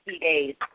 days